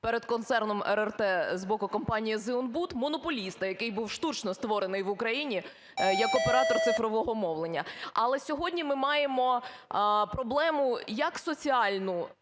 перед концерном РРТ з боку компанії "Зеонбуд" - монополіста, який був штучно створений в Україні як оператор цифрового мовлення. Але сьогодні ми маємо проблему як соціальну,